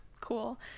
cool